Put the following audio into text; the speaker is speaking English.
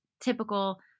typical